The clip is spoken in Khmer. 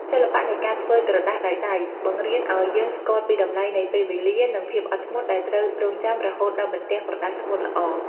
សិល្បៈនៃការធ្វើក្រដាសដោយដៃ បង្រៀនឱ្យយើងស្គាល់ពីតម្លៃនៃពេលវេលា និង ភាពអត់ធ្មត់ដែលត្រូវរង់ចាំរហូតដល់បន្ទះក្រដាសស្ងួតល្អ។